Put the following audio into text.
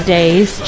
Days